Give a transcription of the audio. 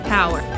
Power